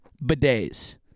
Bidets